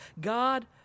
God